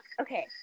okay